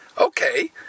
okay